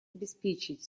обеспечить